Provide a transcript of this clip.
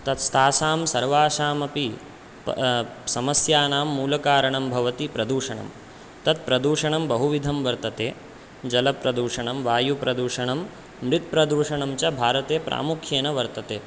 तस् तासां सर्वासामपि समस्यानां मूलकारणं भवति प्रदूषणं तत्प्रदूषणं बहुविधं वर्तते जलप्रदूषणं वायुप्रदूषणं मृत्प्रदूषणञ्च भारते प्रामुख्येन वर्तते